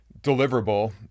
deliverable